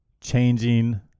changing